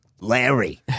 Larry